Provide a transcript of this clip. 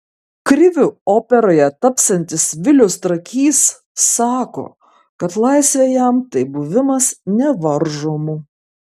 kriviu operoje tapsiantis vilius trakys sako kad laisvė jam tai buvimas nevaržomu